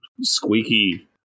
squeaky